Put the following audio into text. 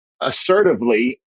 assertively